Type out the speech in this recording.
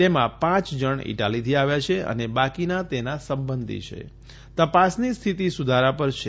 તેમાં પાંચ જણ ઇટાલીથી આવ્યા છે અને બાકીના તેના સંબંધી છે તપાસની સ્થિતિ સુધારા પર છે